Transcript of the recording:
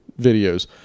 videos